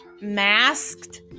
masked